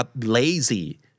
lazy